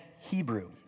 Hebrew